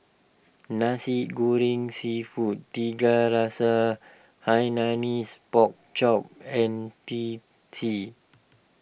Nasi Goreng Seafood Tiga Rasa Hainanese Pork Chop and Teh T